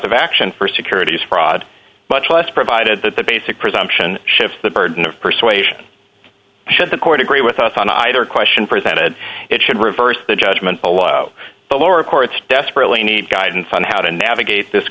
of action for securities fraud much less provided that the basic presumption shifts the burden of persuasion should the court agree with us on either question presented it should reverse the judgment below the lower courts desperately need guidance on how to navigate this